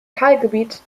teilgebiet